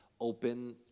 open